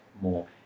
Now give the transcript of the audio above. more